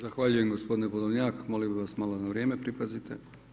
Zahvaljujem gospodine Podolnjak, molim bi vas malo da na vrijeme pripazite.